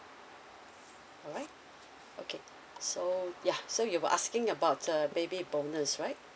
all right okay so yeah so you were asking about uh baby bonus right